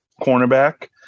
cornerback